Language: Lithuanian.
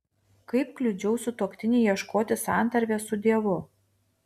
kaip kliudžiau sutuoktiniui ieškoti santarvės su dievu